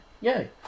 yay